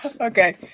Okay